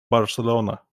barcelona